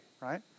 right